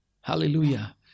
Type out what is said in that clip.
Hallelujah